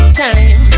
time